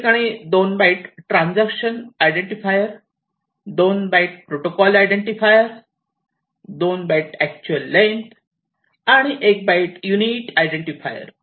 त्या ठिकाणी 2 byte transaction identifier 2 byte protocol identifier 2 byte actual length आणि 1 बाईट युनिट आयडेंटिफायर